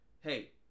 Hey